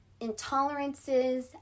intolerances